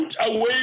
away